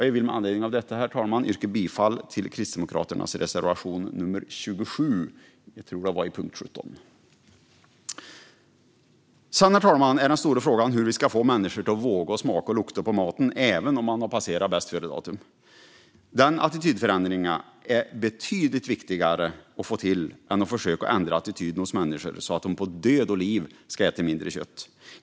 Jag vill med anledning av detta, herr talman, yrka bifall till Kristdemokraternas reservation 27 under punkt 17. Herr talman! Sedan är den stora frågan hur vi ska få människor att våga smaka och lukta på maten även om den har passerat bästföredatum. Denna attitydförändring är betydligt viktigare att få till än att försöka ändra attityden hos människor så att de på liv och död ska äta mindre kött.